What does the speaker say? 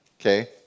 okay